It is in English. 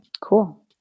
Cool